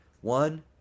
One